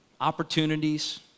Opportunities